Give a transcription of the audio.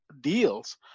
deals